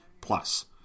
plus